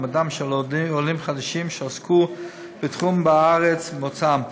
מעמדם של עולים חדשים שעסקו בתחום בארץ מוצאם,